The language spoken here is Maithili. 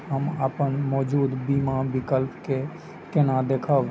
हम अपन मौजूद बीमा विकल्प के केना देखब?